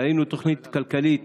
ראינו תוכנית כלכלית